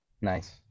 Nice